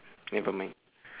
nevermind